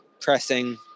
pressing